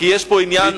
כי יש פה עניין,